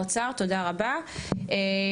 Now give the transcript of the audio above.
את חבר הכנסת לשעבר רן כהן,